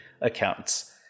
accounts